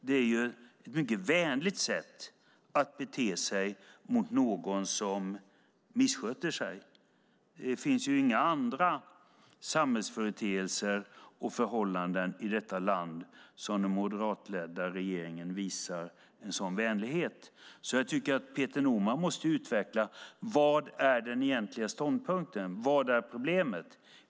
Det är ett mycket vänligt sätt att bete sig mot någon som missköter sig. Det finns inga andra samhällsföreteelser och förhållanden i detta land som den moderatledda regeringen visar en sådan vänlighet. Jag tycker att Peter Norman måste utveckla: Vad är den egentliga ståndpunkten? Vad är problemet?